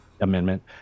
Amendment